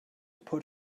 put